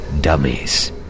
dummies